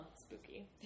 Spooky